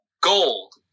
gold